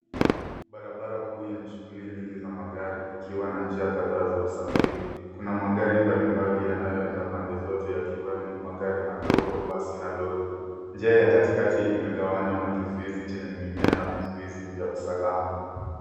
Barabara kuu yenye shughuli nyingi za magari ikiwa na njia kadhaa za usafiri. Kuna magari mbali mbali yanayoenda pande zote yakiwemo: magari madogo, basi na lori. Njia ya kati kati imegawanywa na kizuizi chenye mimea na vizuizi vya usalama.